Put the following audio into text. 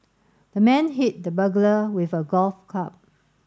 the man hit the burglar with a golf club